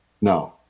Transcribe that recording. No